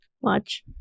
Watch